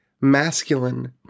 masculine